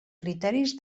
criteris